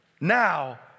now